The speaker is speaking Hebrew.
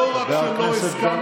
לא רק שלא הסכמתי להסכם הזה,